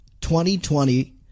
2020